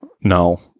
No